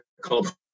called